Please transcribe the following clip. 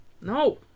No